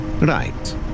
Right